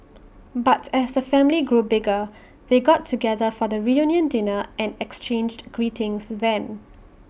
but as the family grew bigger they got together for the reunion dinner and exchanged greetings then